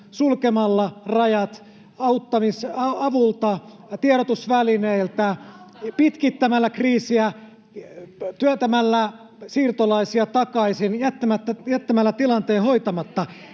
sulkemalla rajat avulta, tiedotusvälineiltä, pitkittämällä kriisiä, työntämällä siirtolaisia takaisin, jättämällä tilanteen hoitamatta.